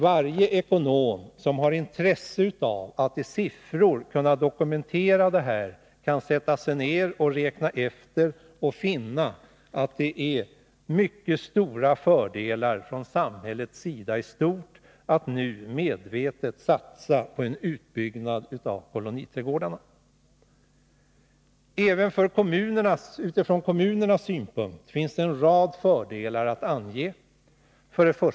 Varje ekonom, som har intresse av att i siffror kunna dokumentera detta, kan sätta sig ned och räkna efter och finna att det i stort är mycket stora fördelar från samhällets sida sett med att nu medvetet satsa på en utbyggnad av koloniträdgårdarna. Även från kommunernas synpunkt finns det en rad fördelar att ange: 1.